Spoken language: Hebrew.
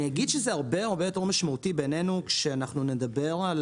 אני אגיד שזה הרבה יותר משמעותי בעינינו כאשר אנחנו נדבר על